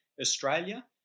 Australia